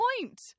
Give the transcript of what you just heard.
point